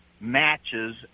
matches